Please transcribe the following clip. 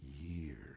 years